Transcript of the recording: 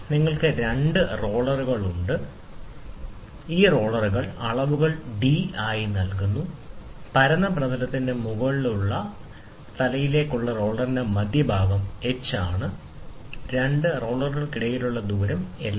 നിങ്ങൾക്ക് രണ്ട് റോളറുകളുണ്ട് ഈ റോളർ അളവുകൾ d ആയി നൽകിയിരിക്കുന്നു പരന്ന പ്രതലത്തിന്റെ മുകളിലേക്കുള്ള തലയിലേക്കുള്ള റോളറിന്റെ മധ്യഭാഗം h ആണ് രണ്ട് റോളറുകൾക്കിടയിൽ ദൂരം L